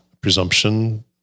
presumption